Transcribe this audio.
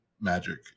Magic